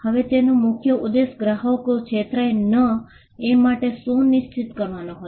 હવે તેનો મુખ્ય ઉદ્દેશ ગ્રાહકો છેતરાઇ ન એ સુનિશ્ચિત કરવાનો હતો